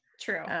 True